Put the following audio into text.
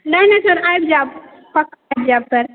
नहि नहि सर आबि जायब पक्का आबि जायब सर